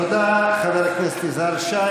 תודה, חבר הכנסת יזהר שי.